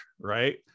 right